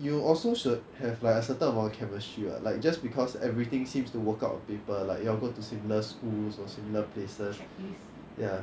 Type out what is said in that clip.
you also should have like a certain amount of chemistry lah like just because everything seems to work out on paper like you all go to similar schools or similar places ya